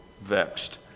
vexed